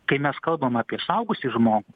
kai mes kalbam apie suaugusį žmogų